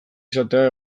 izatea